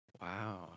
Wow